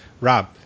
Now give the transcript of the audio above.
Rob